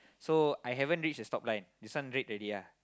so I haven't reach the stop line this one red already ya